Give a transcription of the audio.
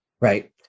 right